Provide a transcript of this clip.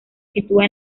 sitúa